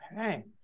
Okay